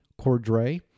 Cordray